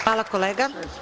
Hvala kolega.